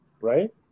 Right